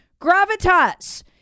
gravitas